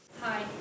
Hi